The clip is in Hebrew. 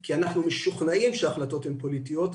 כי אנחנו משוכנעים שההחלטות הן פוליטיות,